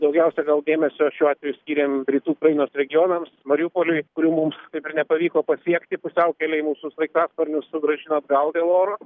daugiausia gal dėmesio šiuo atveju skyrėm rytų ukrainos regionams mariupoliui kurių mums taip ir nepavyko pasiekti pusiaukelėj mūsų straigtasparnius sugrąžino atgal dėl oro